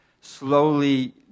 slowly